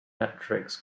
matrix